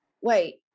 Wait